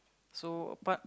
so apart